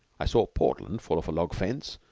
i saw portland fall off a log fence,